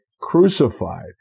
crucified